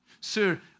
Sir